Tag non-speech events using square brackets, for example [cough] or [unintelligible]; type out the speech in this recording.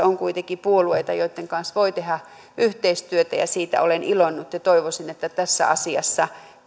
[unintelligible] on kuitenkin puolueita joitten kanssa voi tehdä yhteistyötä ja siitä olen iloinnut toivoisin että tässä asiassa